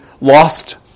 lost